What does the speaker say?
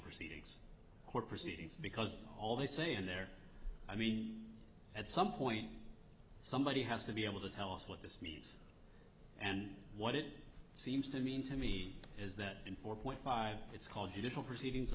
proceedings court proceedings because all they say in there i mean at some point somebody has to be able to tell us what this means and what it seems to mean to me is that in four point five it's called judicial proceedings